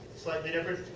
slightly different.